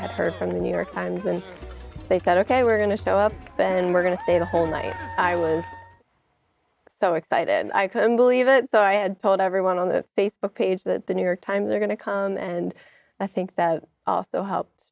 had heard from the new york times and they said ok we're going to show up and we're going to stay the whole night i was so excited and i couldn't believe it so i had told everyone on the facebook page that the new york times are going to come and i think that also help